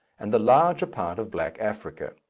and the larger part of black africa.